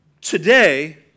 today